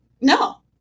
no